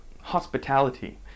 hospitality